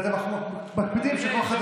אז המשטרה מוציאה עכשיו,